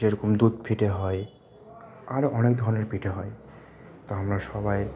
যেরকম দুধ পিঠে হয় আরও অনেক ধরনের পিঠে হয় তা আমরা সবাই